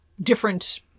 different